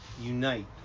unite